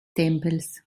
tempels